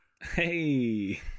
Hey